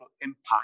impact